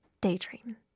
daydream